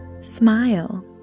Smile